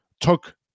took